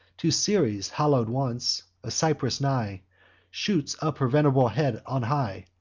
to ceres hallow'd once a cypress nigh shoots up her venerable head on high,